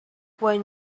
when